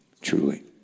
truly